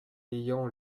ayant